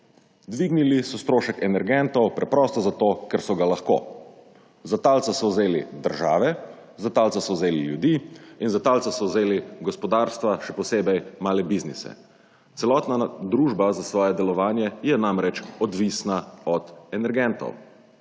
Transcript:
dvignili so strošek energentov preprosto zato, ker so ga lahko. Za talca so vzeli države, za talca so vzeli ljudi in za talca so vzeli gospodarstva, še posebej male biznise, celotna družba za svoje delovanje je namreč odvisna od energentov.